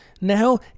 Now